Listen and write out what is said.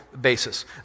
basis